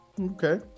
Okay